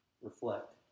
Reflect